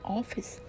office